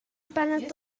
baned